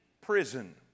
prison